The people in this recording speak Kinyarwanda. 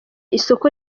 isoko